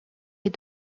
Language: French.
est